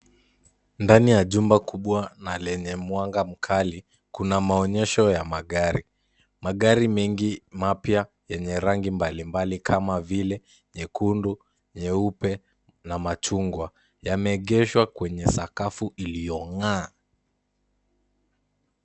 Ndani ya jumba kubwa na lenye mwanga mkali, kuna maonyesho ya magari. Magari mengi mapya yenye rangi mbalimbali, kama vile nyekundu, nyeupe, na machungwa, yameegeshwa kwenye sakafu iliyong'aa.